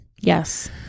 Yes